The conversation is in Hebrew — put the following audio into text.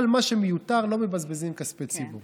אבל מה שמיותר, לא מבזבזים כספי ציבור.